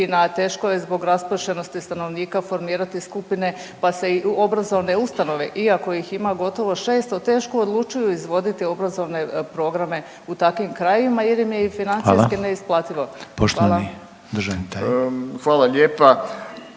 teško je zbog raspršenosti stanovnika formirati skupine pa se i u obrazovne ustanove iako ih ima gotovo 600 teško odlučuju izvoditi obrazovne programe u takvim krajevima jer ime je …/Upadica: Hvala./… i financijski neisplativo. Hvala. **Reiner, Željko